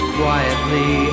quietly